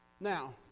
Now